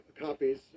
copies